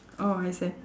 orh is it